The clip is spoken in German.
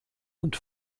und